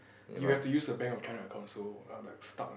you have to use a bank of current accounts so I'm like stuck leh